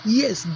yes